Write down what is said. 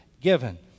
given